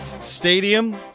stadium